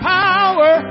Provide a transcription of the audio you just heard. power